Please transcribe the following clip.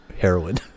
heroin